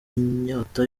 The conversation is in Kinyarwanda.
inyota